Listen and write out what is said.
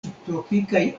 subtropikaj